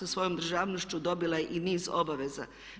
Sa svojom državnošću dobila je i niz obaveza.